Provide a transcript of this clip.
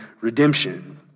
redemption